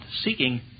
seeking